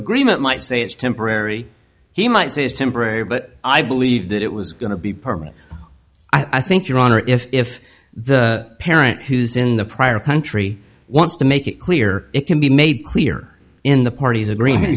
agreement might say it's temporary he might say it's temporary but i believe that it was going to be permanent i think your honor if the parent who's in the prior country wants to make it clear it can be made clear in the party's agreement